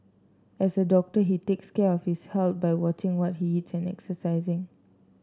as a doctor he takes care of his health by watching what he eats and exercising